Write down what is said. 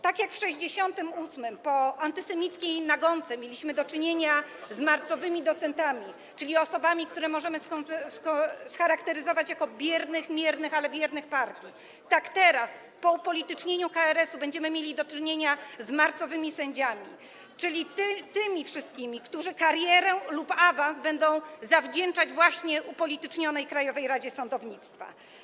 Tak jak w 1968 r. po antysemickiej nagonce mieliśmy do czynienia z marcowymi docentami, czyli osobami, które możemy scharakteryzować jako biernych, miernych, ale wiernych partii, tak teraz po upolitycznieniu KRS-u będziemy mieli do czynienia z marcowymi sędziami, [[Poruszenie na sali]] czyli tymi wszystkimi, którzy karierę lub awans będą zawdzięczać właśnie upolitycznionej Krajowej Radzie Sądownictwa.